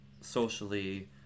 socially